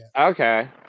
okay